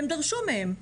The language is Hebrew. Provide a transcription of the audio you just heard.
הם דרשו מהם.